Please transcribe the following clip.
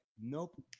Nope